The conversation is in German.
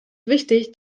wichtig